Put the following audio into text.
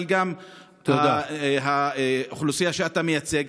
אבל גם האוכלוסייה שאתה מייצג.